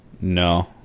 No